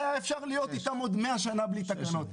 היה אפשר להיות איתם עוד 100 שנה בלי תקנות,